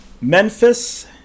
Memphis